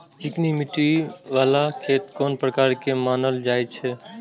चिकनी मिट्टी बाला खेत कोन प्रकार के मानल जाय छै?